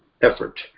effort